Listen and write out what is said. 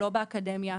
לא באקדמיה,